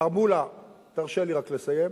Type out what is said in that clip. מר מולה, תרשה לי רק לסיים?